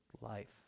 life